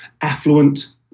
affluent